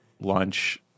lunch